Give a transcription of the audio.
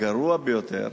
הגרוע ביותר